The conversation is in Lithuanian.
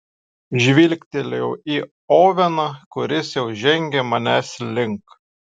žvilgtelėjau į oveną kuris jau žengė manęs link